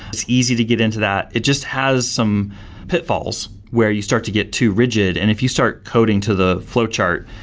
it's easy to get into that, it just has some pitfalls, where you start to get too rigid. and if you start coding to the flow chart,